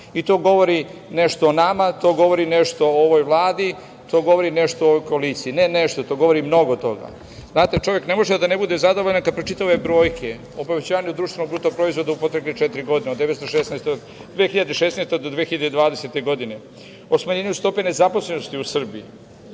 To govori nešto o nama, to govori nešto o ovoj Vladi, to govori nešto o ovoj koaliciji. Ne, nešto, to govori mnogo toga. Znate, čovek ne može, a da ne bude zadovoljan kad pročita ove brojke o povećanju BDP-a u protekle četiri godine, od 2016. do 2020. godine, o smanjenju stope nezaposlenosti u Srbiji,